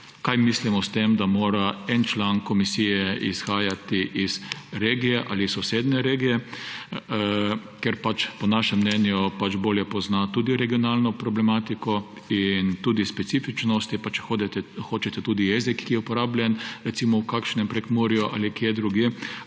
kaj mislimo s tem, da mora en član komisije izhajati iz regije ali sosednje regije. Ker po našem mnenju pač bolje pozna tudi regionalno problematiko in tudi specifičnost, če hočete, tudi jezik, ki je uporabljen, recimo v kakšnem Prekmurju ali kje drugje,